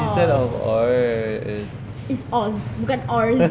wizard of oz